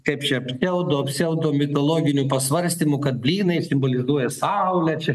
kaip čia eldo pseudo mitologinių pasvarstymų kad blynai simbolizuoja saulę čia